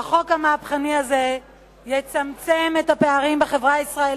החוק המהפכני הזה יצמצם את הפערים בחברה הישראלית,